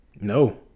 No